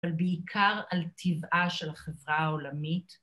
‫אבל בעיקר על טבעה של החברה העולמית.